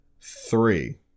three